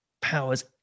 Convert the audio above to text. powers